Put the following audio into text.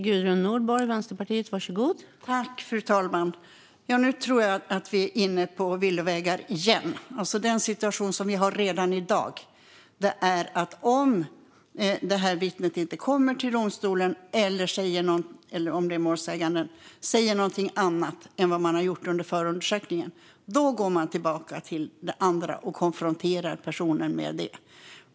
Fru talman! Nu tror jag att vi är inne på villovägar igen. Den situation som vi har redan i dag är att om vittnet inte kommer till domstolen eller om den målsägande säger något annat än den gjort under förundersökningen, då går man tillbaka till det andra och konfronterar personen med det.